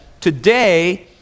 today